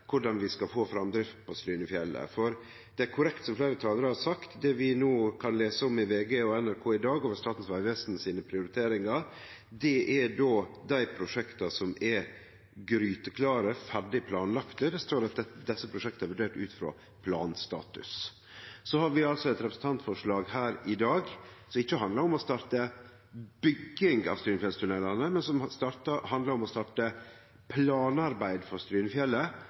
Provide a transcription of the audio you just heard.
korleis vi skal få fram drift på Strynefjellet. Det er korrekt, som fleire talarar har sagt, at det vi no kan lese om hos VG og NRK over Statens vegvesens prioriteringar, er dei prosjekta som er gryteklare, ferdig planlagde. Det står at desse prosjekta er vurderte ut frå planstatus. Så har vi altså eit representantforslag her i dag som ikkje handlar om å starte bygging av strynefjellstunnelane, men som handlar om å starte planarbeid for Strynefjellet